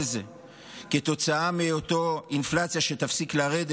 כתוצאה מאותה אינפלציה שתפסיק לרדת,